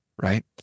right